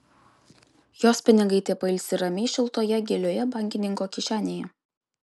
jos pinigai tepailsi ramiai šiltoje gilioje bankininko kišenėje